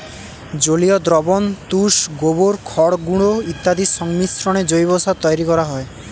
জলীয় দ্রবণ, তুষ, গোবর, খড়গুঁড়ো ইত্যাদির সংমিশ্রণে জৈব সার তৈরি করা হয়